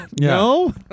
No